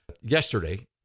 yesterday